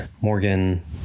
Morgan